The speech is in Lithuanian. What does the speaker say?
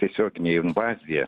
tiesioginė invazija